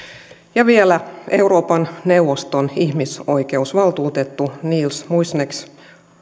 ja vielä euroopan neuvoston ihmisoikeusvaltuutettu nils muizhnieks